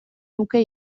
nuke